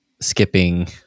skipping